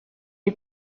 est